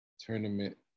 tournament